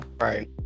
Right